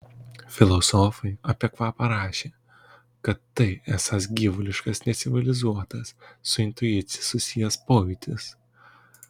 filosofai apie kvapą rašė kad tai esąs gyvuliškas necivilizuotas su intuicija susijęs pojūtis